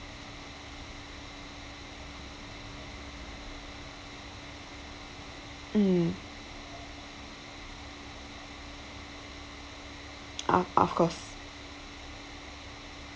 mm ah of course